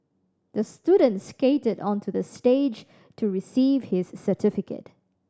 the student skated onto the stage to receive his certificate